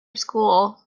school